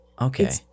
Okay